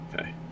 Okay